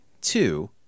two